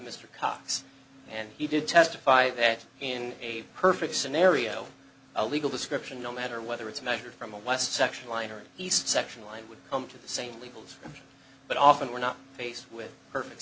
mr cox and he did testify that in a perfect scenario a legal description no matter whether it's measured from a west section winery east section line would come to the same levels but often we're not faced with perfect